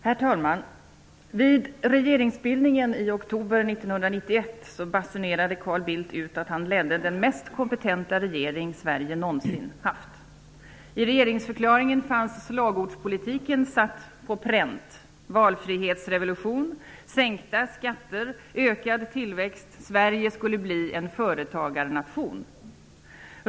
Herr talman! Vid regeringsbildningen i oktober 1991 basunerade Carl Bildt ut att han ledde den mest kompetenta regering Sverige någonsin haft. I regeringsförklaringen fanns slagordspolitiken satt på pränt: valfrihetsrevolution, sänkta skatter och ökad tillväxt. Sverige skulle bli en företagarnation.